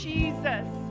Jesus